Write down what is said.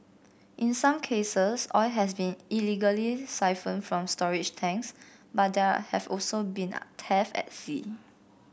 in some cases oil has been illegally siphoned from storage tanks but there have also been thefts at sea